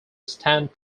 stand